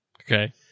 Okay